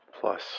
plus